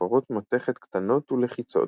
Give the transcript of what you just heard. כששפופרות מתכת קטנות ולחיצות,